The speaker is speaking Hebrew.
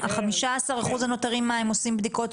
בחטיבה ותיכון לא מפעילים "כיתה